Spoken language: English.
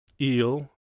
Eel